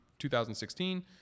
2016